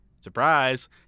Surprise